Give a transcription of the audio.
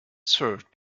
served